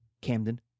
Camden